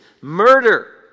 murder